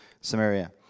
Samaria